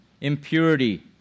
impurity